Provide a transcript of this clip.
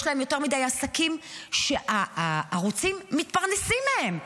יש להם יותר מדי עסקים שהערוצים מתפרנסים מהם.